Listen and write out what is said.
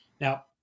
Now